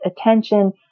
attention